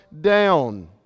down